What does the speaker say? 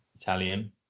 Italian